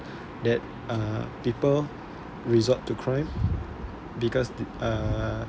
that uh people resort to crime because th~ uh